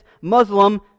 Muslim